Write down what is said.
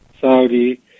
Saudi